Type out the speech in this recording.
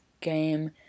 game